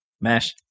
Mesh